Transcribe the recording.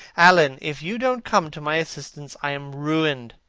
alan! if you don't come to my assistance, i am ruined.